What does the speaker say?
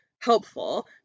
helpful